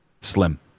slim